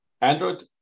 Android